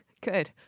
good